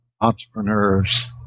entrepreneurs